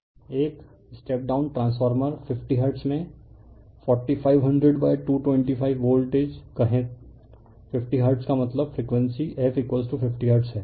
refer slide time 0021 एक step down transformer 50 hertz में 4500225 voltage कहें 50 हर्ट्ज का मतलब फ्रीक्वेंसी f 50 हर्ट्ज है